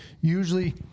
usually